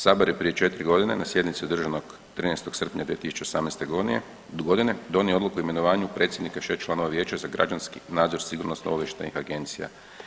Sabor je prije četiri godine na sjednici održanoj 13. srpnja 2018. godine donio odluku o imenovanju predsjednika i 6 članova Vijeća za građanski nadzor sigurnosno-obavještajnih agencija.